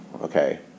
okay